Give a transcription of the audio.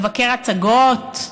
מבקר הצגות,